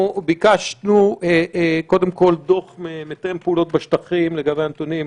ביקשנו קודם כול דוח מתאם פעולות בשטחים לגבי הנתונים.